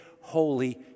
holy